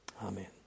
Amen